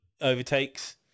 overtakes